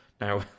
Now